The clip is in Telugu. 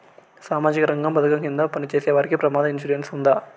సామాజిక రంగ పథకం కింద పని చేసేవారికి ప్రమాద ఇన్సూరెన్సు ఉందా?